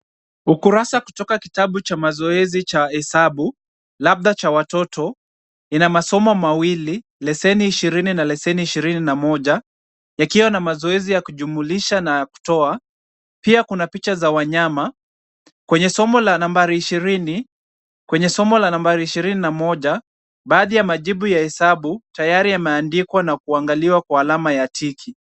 Ukurasa kutoka kitabu cha mazoezi cha hesabu labda cha watoto ina masomo mawili, leseni ishirini na leseni ishirini na moja ikiwa na mazoezi ya kujumulisha na ya kutoa. Pia kuna picha za wanyama kwenye somo la nambari ishirini, kwenye somo la nambari ishirini na moja, baadhi ya majibu ya hesabu tayari yameandikwa na kuangaliwa na alama ya tiki.